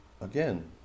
again